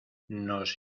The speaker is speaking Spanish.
nos